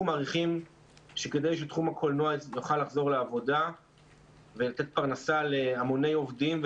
מעריכים שכדי שתחום הקולנוע יוכל לחזור לעבודה ולתת פרנסה להמוני עובדים,